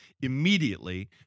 immediately